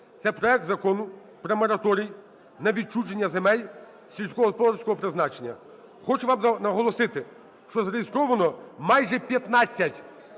Це проект Закону про мораторій на відчуження земель сільськогосподарського призначення. Хочу вам наголосити, що зареєстровано майже